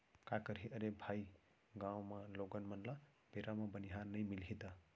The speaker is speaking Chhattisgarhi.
काय करही अरे भाई गॉंव म लोगन मन ल बेरा म बनिहार नइ मिलही त